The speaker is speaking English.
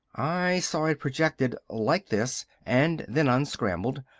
i saw it projected like this, and then unscrambled.